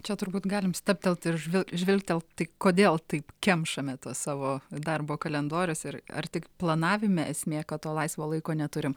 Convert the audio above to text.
čia turbūt galim stabtelt ir žvi žvilgtelti tai kodėl taip kemšame tą savo darbo kalendorius ir ar tik planavime esmė kad to laisvo laiko neturim